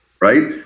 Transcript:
right